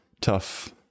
tough